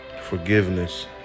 forgiveness